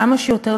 כמה שיותר,